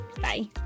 bye